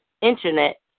internet